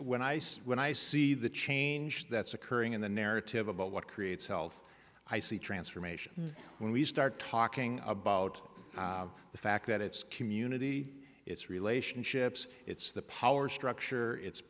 when i say when i see the change that's occurring in the narrative about what creates health i see transformation when we start talking about the fact that it's community it's relationships it's the power structure it's